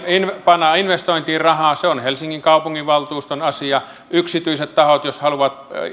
panna investointiin rahaa se on helsingin kaupunginvaltuuston asia yksityiset tahot jos haluavat